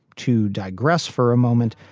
to digress for a moment,